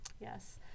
Yes